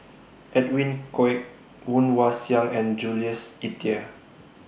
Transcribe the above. Edwin Koek Woon Wah Siang and Jules Itier